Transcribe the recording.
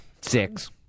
Six